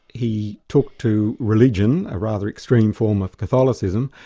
he took to religion, a rather extreme form of catholicism,